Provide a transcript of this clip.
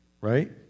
right